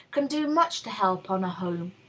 can do much to help on a home.